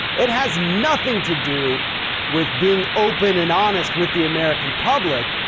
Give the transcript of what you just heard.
it has nothing to do with being open and honest with the american public.